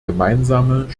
gemeinsame